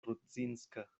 rudzinska